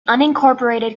unincorporated